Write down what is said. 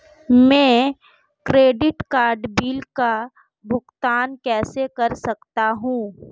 मैं credit card bill का भुगतान कैसे कर सकता हूं?